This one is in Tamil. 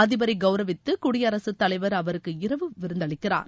அதிபரை கவுரவித்து குடியரசு தலைவர் அவருக்கு இரவு விருந்தளிக்கிறார்